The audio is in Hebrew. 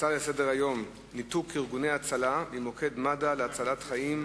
הצעה לסדר-היום שמספרה 683: ניתוק ארגוני ההצלה ממוקד מד"א להצלת חיים,